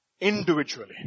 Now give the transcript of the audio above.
Individually